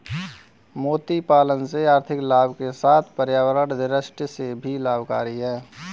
मोती पालन से आर्थिक लाभ के साथ पर्यावरण दृष्टि से भी लाभकरी है